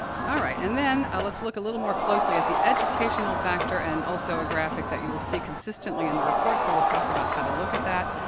all right. and then, ah, let's look a little more closely at the educational factor and also a graphic that you will see consistently in the report, so we'll talk about how to look at that.